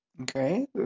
Okay